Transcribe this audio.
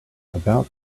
about